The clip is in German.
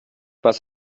was